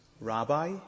rabbi